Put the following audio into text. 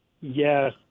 Yes